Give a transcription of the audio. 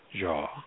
jaw